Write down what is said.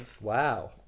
Wow